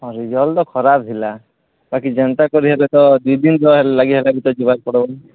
ହଁ ରିଜଲ୍ଟ ତ ଖରାପ ଥିଲା ବାକି ଯେନ୍ତା କରି ହେଲେ ତ ଦୁଇ ଦିନ୍ ତ ଲାଗି ହେଲା ବି ତ ଯିବାକେ ପଡ଼୍ବାନା